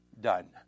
done